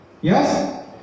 Yes